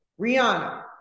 Rihanna